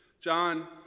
John